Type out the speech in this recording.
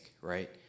right